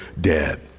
dead